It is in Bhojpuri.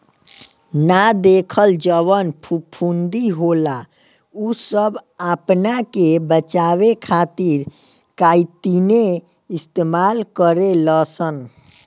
ना देखल जवन फफूंदी होला उ सब आपना के बचावे खातिर काइतीने इस्तेमाल करे लसन